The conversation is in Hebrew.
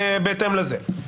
בהתאם לזה.